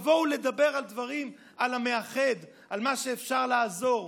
תבואו לדבר על המאחד, על מה שאפשר לעזור.